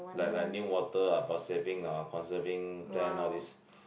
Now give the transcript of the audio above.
like like Newater about saving uh conserving plan all this